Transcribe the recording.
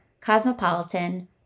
Cosmopolitan